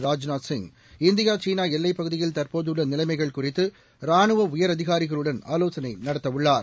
Rajnath Singh India சீனாஎல்லைப் பகுதியில் தற்போதுள்ளநிலைமைகள் குறித்துரானுவஉயரதிகாரிகளுடன் ஆலோசனைநடத்தவுள்ளார்